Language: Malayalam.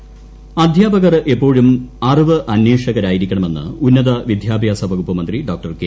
ജലീൽ അധ്യാപകർ എപ്പോഴും അറിവന്വേഷകരായിരിക്കണമെന്ന് ഉന്നത വിദ്യാഭ്യാസ വകുപ്പ് മന്ത്രി ഡോകെ